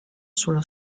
sullo